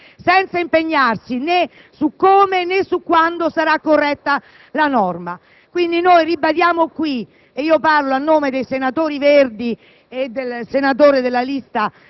Chiti, come stanno le cose, senza impegnarsi né su come, né su quando sarà corretta la norma. Ribadiamo quindi - e io parlo a nome dei senatori Verdi